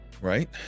right